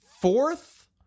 Fourth